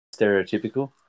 stereotypical